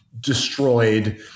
destroyed